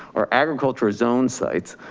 or agricultural zones sites,